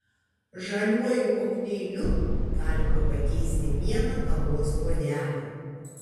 žaliuoju kokteiliu galima pakeisti vieną kavos puodelį